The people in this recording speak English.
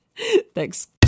Thanks